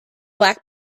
black